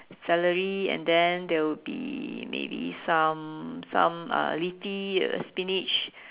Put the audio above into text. celery and then there will be maybe some some uh leafy um spinach